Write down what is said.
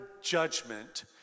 judgment